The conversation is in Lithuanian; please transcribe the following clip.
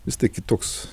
vis tiek kitoks